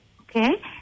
okay